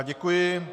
Děkuji.